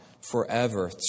forever